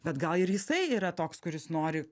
bet gal ir jisai yra toks kuris nori